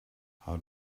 how